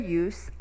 use